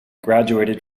graduated